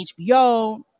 HBO